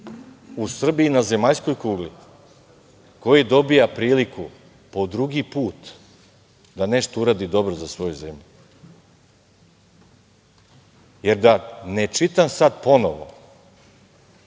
u Srbiji i na zemaljskoj kugli koji dobija priliku po drugi put da nešto uradi dobro za svoju zemlju, jer da ne čitam sad ponovo